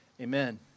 Amen